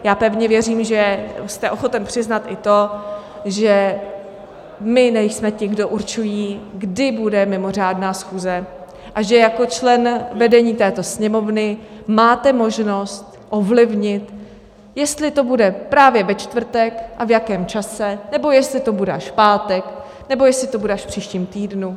Já pevně věřím, že jste ochoten přiznat i to, že my nejsme ti, kdo určují, kdy bude mimořádná schůze, a že jako člen vedení této Sněmovny máte možnost ovlivnit, jestli to bude právě ve čtvrtek a v jakém čase, nebo jestli to bude až v pátek, nebo jestli to bude až v příštím týdnu.